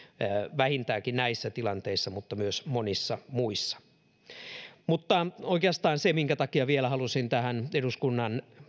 vähintäänkin näissä tilanteissa mutta myös monissa muissa oikeastaan se minkä takia vielä halusin tähän eduskunnan